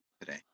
Today